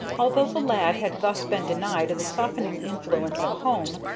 although the lad had thus been denied the softening influence of a home,